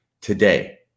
today